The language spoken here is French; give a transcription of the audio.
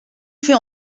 fait